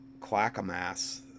Clackamas